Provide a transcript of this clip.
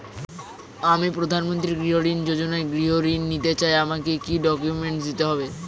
আমি প্রধানমন্ত্রী গৃহ ঋণ যোজনায় গৃহ ঋণ নিতে চাই আমাকে কি কি ডকুমেন্টস দিতে হবে?